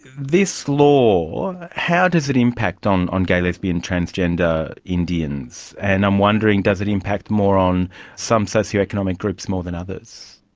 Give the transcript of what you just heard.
this law, how does it impact on on gay, lesbian, transgender indians? and i'm wondering, does it impact more on some socio-economic groups more than others?